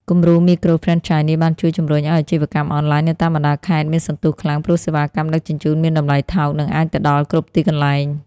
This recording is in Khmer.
គំរូមីក្រូហ្វ្រេនឆាយនេះបានជួយជំរុញឱ្យអាជីវកម្មអនឡាញនៅតាមបណ្ដាខេត្តមានសន្ទុះខ្លាំង ព្រោះសេវាកម្មដឹកជញ្ជូនមានតម្លៃថោក និងអាចទៅដល់គ្រប់ទីកន្លែង។